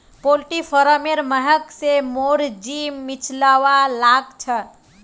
poultry फारमेर महक स मोर जी मिचलवा लाग छ